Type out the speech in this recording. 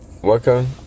welcome